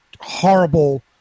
horrible